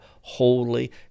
holy